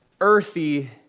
earthy